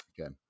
Okay